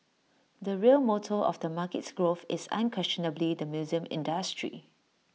the real motor of the market's growth is unquestionably the museum industry